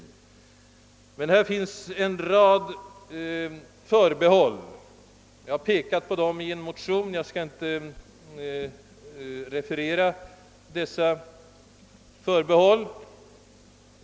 Men här finns en rad förbehåll, som jag pekat på i motionen II: 76. Beklagligt nog har utskottet avstyrkt motionen.